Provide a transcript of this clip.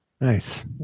Nice